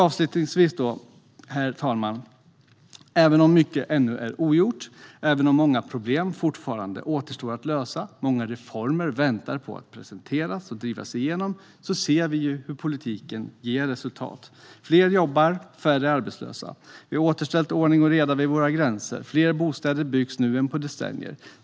Avslutningsvis: Även om mycket ännu är ogjort, även om många problem fortfarande återstår att lösa och många reformer väntar på att presenteras och drivas igenom, ser vi hur politiken ger resultat. Fler jobbar. Färre är arbetslösa. Vi har säkerställt ordning och reda vid våra gränser. Fler bostäder byggs nu än på decennier.